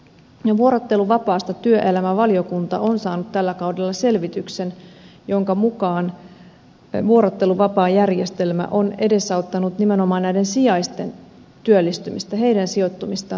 vuorotteluvapaasta työelämävaliokunta on saanut tällä kaudella selvityksen jonka mukaan vuorotteluvapaajärjestelmä on edesauttanut nimenomaan sijaisten työllistymistä heidän sijoittumistaan työelämään